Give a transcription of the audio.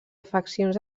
afeccions